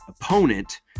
opponent